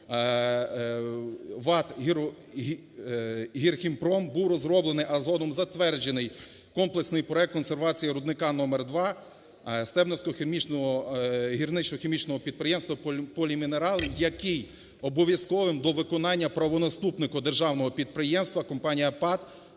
ВАТ "Гірхімпром" був розроблений, а згодом затверджений комплексний проект консервації рудника № 2 Стебницького гірничо-хімічного підприємства "Полімінерал", який обов'язковим до виконання правонаступнику державного підприємства компанія, ПАТ